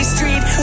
Street